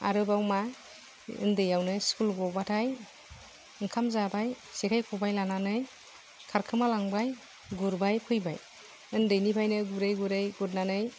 आरोबाव मा उन्दैआवनो स्कुल गबाथाय ओंखाम जाबाय जेखाय खबाय लानानै खारखोमालांबाय गुरबाय फैबाय ओन्दैनिफ्रायनो गुरै गुरै गुरनानै